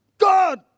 God